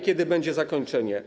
Kiedy będzie zakończenie?